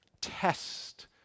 Test